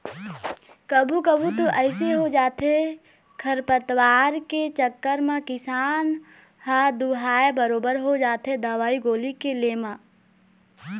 कभू कभू तो अइसे हो जाथे खरपतवार के चक्कर म किसान ह दूहाय बरोबर हो जाथे दवई गोली के ले म